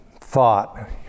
thought